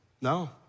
No